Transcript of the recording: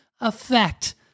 effect